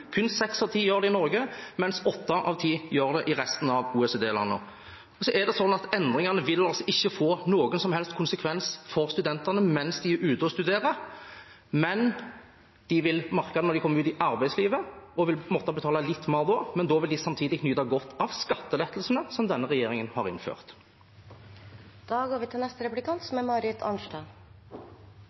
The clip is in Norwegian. Kun seks av ti gjør det i Norge, mens åtte av ti gjør det i resten av OECD-landene. Og endringene vil altså ikke få noen som helst konsekvens for studentene mens de er ute og studerer. De vil merke det når de kommer ut i arbeidslivet, og vil måtte betale litt mer da, men da vil de samtidig nyte godt av skattelettelsene som denne regjeringen har